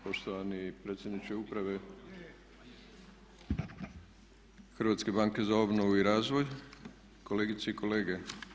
Poštovani predsjedniče uprave Hrvatske banke za obnovu i razvoj, kolegice ii kolege.